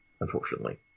unfortunately